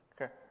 Okay